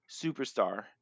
superstar